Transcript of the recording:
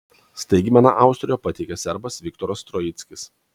staigmeną austrijoje pateikė serbas viktoras troickis